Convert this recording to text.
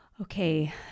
Okay